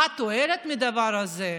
מה התועלת בדבר הזה?